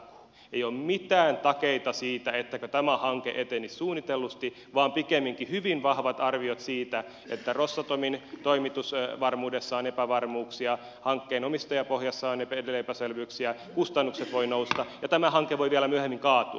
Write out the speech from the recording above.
ei ole mitään takeita siitä että tämä hanke etenisi suunnitellusti vaan pikemminkin hyvin vahvat arviot siitä että rosatomin toimitusvarmuudessa on epävarmuuksia hankkeen omistajapohjassa on epäselvyyksiä kustannukset voivat nousta ja tämä hanke voi vielä myöhemmin kaatua